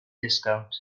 disgownt